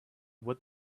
what